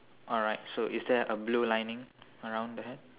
alright so is there a blue lining around the hat